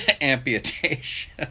amputation